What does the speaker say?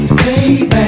baby